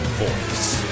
voice